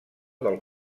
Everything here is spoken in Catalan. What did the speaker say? del